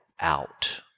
out